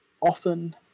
often